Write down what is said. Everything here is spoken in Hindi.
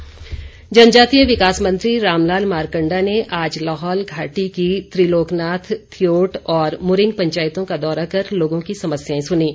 मारकंडा जनजातीय विकास मंत्री रामलाल मारकंडा ने आज लाहौल घाटी की त्रिलोकनाथ थियोट और मुरिंग पंचायतों का दौरा कर लोगों की समस्याएं सुनीं